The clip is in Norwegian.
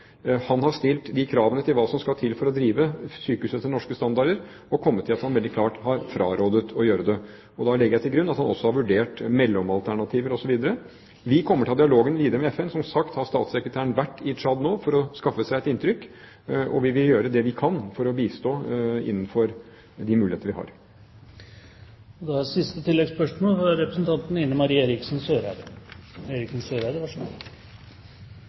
til hva som skal til for å drive sykehus etter norsk standard, har han kommet til at han veldig klart har frarådet å gjøre det. Da legger jeg til grunn at han også har vurdert mellomalternativer osv. Vi kommer til å ta dialogen videre med FN. Som sagt har statssekretæren nå vært i Tsjad for å skaffe seg et inntrykk, og vi vil gjøre det vi kan for å bistå innenfor de muligheter vi har. Ine M. Eriksen Søreide – til oppfølgingsspørsmål. Fra